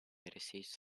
receipts